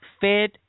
fed